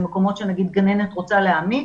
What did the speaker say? במקומות שגננת רוצה להעמיק,